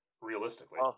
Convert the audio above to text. realistically